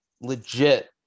legit